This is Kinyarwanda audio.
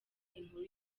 inkuru